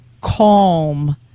calm